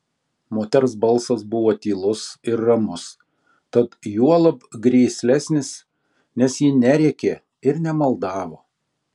moters balsas buvo tylus ir ramus tad juolab grėslesnis nes ji nerėkė ir nemaldavo